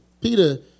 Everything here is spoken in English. Peter